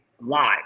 live